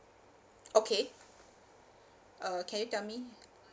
okay uh can you tell me